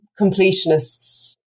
completionists